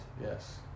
yes